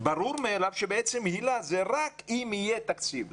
ברור מאליו שבעצם היל"ה זה רק אם יהיה תקציב.